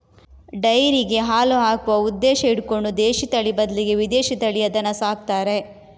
ಡೈರಿಗೆ ಹಾಲು ಹಾಕುವ ಉದ್ದೇಶ ಇಟ್ಕೊಂಡು ದೇಶೀ ತಳಿ ಬದ್ಲಿಗೆ ವಿದೇಶೀ ತಳಿಯ ದನ ಸಾಕ್ತಾರೆ